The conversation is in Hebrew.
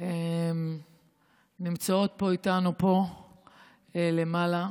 נמצאות איתנו פה למעלה,